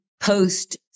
post